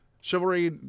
Chivalry